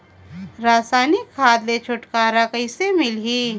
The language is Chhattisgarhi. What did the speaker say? रसायनिक खाद ले छुटकारा कइसे मिलही?